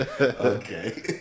Okay